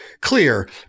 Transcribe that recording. clear